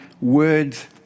words